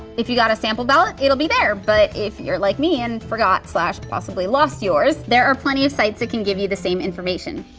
if you got a sample ballot it'll be there, but if you're like me and forgot possibly lost yours there are plenty of sites that can give you the same information.